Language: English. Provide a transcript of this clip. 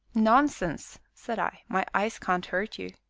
nonsense! said i my eyes can't hurt you.